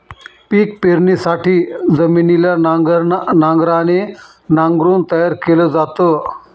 पिक पेरणीसाठी जमिनीला नांगराने नांगरून तयार केल जात